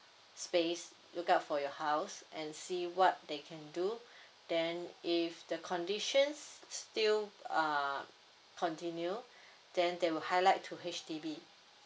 space look out for your house and see what they can do then if the conditions still uh continue then they will highlight to H_D_B